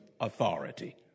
authority